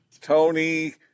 Tony